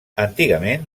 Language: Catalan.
antigament